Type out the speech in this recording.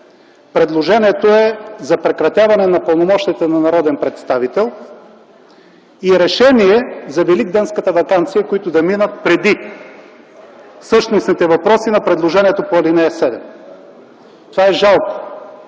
предложението е за прекратяване на пълномощията на народен представител и решение за Великденската ваканция, които да минат преди същностните въпроси на предложението по ал. 7. Това е жалко,